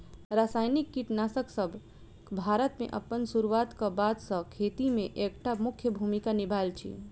रासायनिक कीटनासकसब भारत मे अप्पन सुरुआत क बाद सँ खेती मे एक टा मुख्य भूमिका निभायल अछि